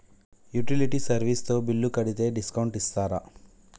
Utility service తో bill కడితే discount ఇస్తరా?